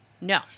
No